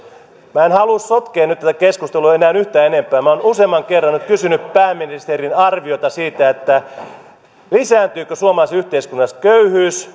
minä en halua sotkea tätä keskustelua enää yhtään enempää minä olen nyt useamman kerran kysynyt pääministerin arviota siitä lisääntyykö suomalaisessa yhteiskunnassa köyhyys